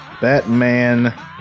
Batman